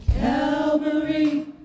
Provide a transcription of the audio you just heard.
Calvary